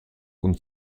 und